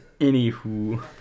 Anywho